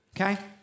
okay